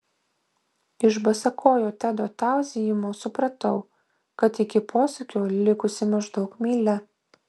iš basakojo tedo tauzijimo supratau kad iki posūkio likusi maždaug mylia